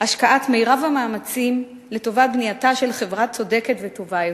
השקעת מירב המאמצים לטובת בנייתה של חברה צודקת וטובה יותר.